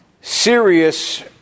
serious